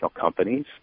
companies